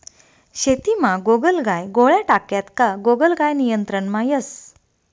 शेतीमा गोगलगाय गोळ्या टाक्यात का गोगलगाय नियंत्रणमा येस